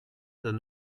d’un